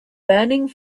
burning